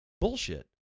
Bullshit